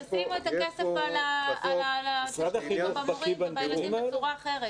תשימו את הכסף במורים ובילדים בצורה אחרת.